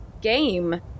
game